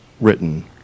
written